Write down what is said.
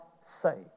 say